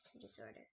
disorder